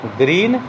green